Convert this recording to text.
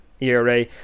ERA